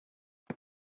hij